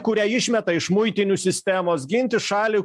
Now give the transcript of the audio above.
kurią išmeta iš muitinių sistemos ginti šalį